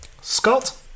Scott